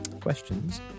questions